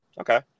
Okay